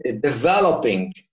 developing